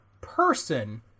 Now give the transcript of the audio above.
person